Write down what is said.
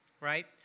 right